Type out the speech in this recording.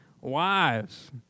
Wives